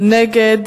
נגד